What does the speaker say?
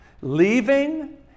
Leaving